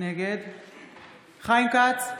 נגד חיים כץ,